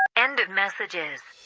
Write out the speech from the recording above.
end of messages